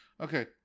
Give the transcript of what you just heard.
Okay